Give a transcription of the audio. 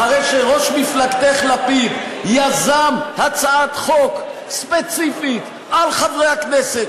אחרי שראש מפלגתך לפיד יזם הצעת חוק ספציפית על חברי הכנסת,